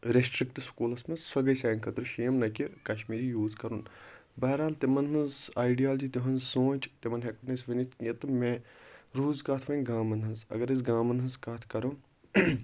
restrict schools مَنٛز سۄ گٔے سانہِ خٲطرٕ شیم نہَ کہِ کَشمیٖری یوٗز کَرُن بہرحال تِمَن ہٕنٛز آیڈیالجی تہُنٛد سونٛچ تِمَن ہیٚکو نہٕ أسۍ ؤنِتھ کِہیٖنۍ تہٕ مےٚ روٗز کتھ وۄنۍ گامَن ہٕنٛز اَگَر أسۍ گامَن ہٕنٛز کتھ کَرو